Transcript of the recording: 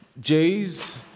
J's